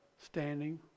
standing